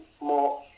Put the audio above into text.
more